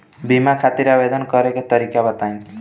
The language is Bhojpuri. बीमा खातिर आवेदन करे के तरीका बताई?